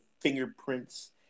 fingerprints